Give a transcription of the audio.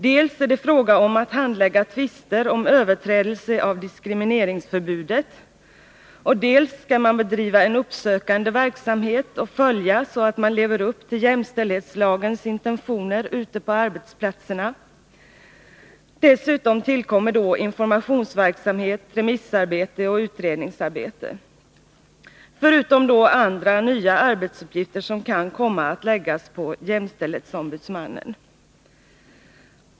Dels är det fråga om att handlägga tvister om överträdelse av diskrimineringsförbudet, dels skall man bedriva en uppsökande verksamhet och följa att man lever upp till jämställdhetslagens intentioner ute på arbetsplatserna. Dessutom tillkommer då informationsverksamhet, remissarbete och utredningsarbete, förutom andra nya arbetsuppgifter som kan komma att läggas på jämställdhetsombudsmannen.